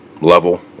level